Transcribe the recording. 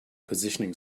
positioning